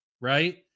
right